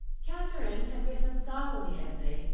katherine had written a scholarly essay,